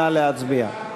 נא להצביע.